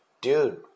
dude